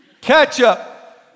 ketchup